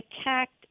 attacked